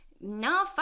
no